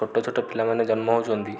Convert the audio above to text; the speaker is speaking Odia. ଛୋଟ ଛୋଟ ପିଲା ମାନେ ଜନ୍ମ ହେଉଛନ୍ତି